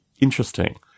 interesting